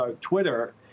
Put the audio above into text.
Twitter